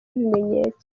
ibimenyetso